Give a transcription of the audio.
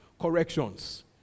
corrections